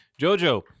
Jojo